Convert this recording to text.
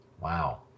Wow